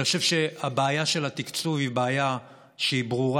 אני חושב שהבעיה של התקצוב היא בעיה ברורה.